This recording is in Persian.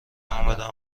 آمدم